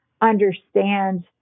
understand